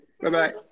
Bye-bye